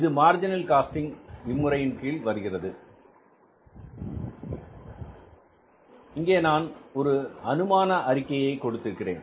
இது marginal cost இம்முறையின் கீழ் வருகிறது இங்கே நான் ஒரு அனுமான அறிக்கையை கொடுத்திருக்கிறேன்